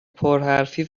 پرحرفی